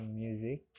music